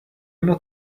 not